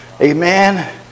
Amen